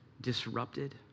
disrupted